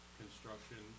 construction